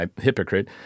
hypocrite